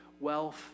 wealth